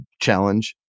challenge